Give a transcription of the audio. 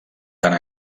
tant